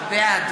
בעד